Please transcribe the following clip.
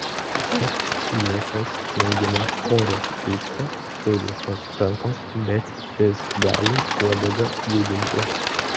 ak niekas negina oro trūksta surištos rankos bet vis gali uodegą judinti